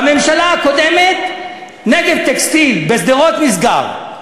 בממשלה הקודמת "נגב טקסטיל" בשדרות נסגר,